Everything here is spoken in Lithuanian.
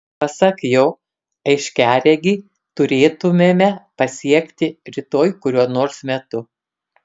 pasak jo aiškiaregį turėtumėme pasiekti rytoj kuriuo nors metu